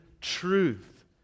truth